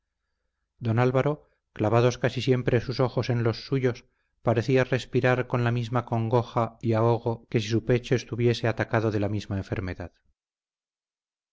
don álvaro clavados casi siempre sus ojos en los suyos parecía respirar con la misma congoja y ahogo que si su pecho estuviese atacado de la misma enfermedad